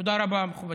תודה רבה, מכובדי.